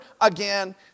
again